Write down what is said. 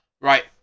Right